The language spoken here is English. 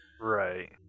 right